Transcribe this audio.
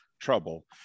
trouble